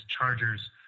Chargers